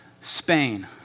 Spain